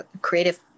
creative